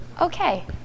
Okay